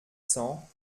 cents